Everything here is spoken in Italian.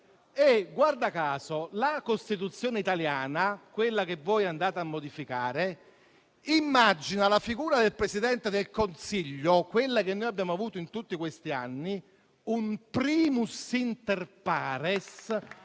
- guarda caso - la Costituzione italiana, quella che voi andate a modificare, immagina la figura del Presidente del Consiglio, quella che noi abbiamo avuto in tutti questi anni, un *primus inter pares*